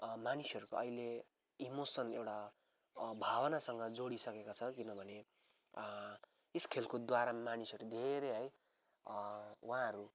मानिसहरूको अहिले इमोसन एउटा भावनासँग जोडिसकेका छ किनभने यस खेलकोद्वारा मानिसहरू धेरै है उहाँहरू